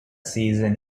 season